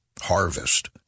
Harvest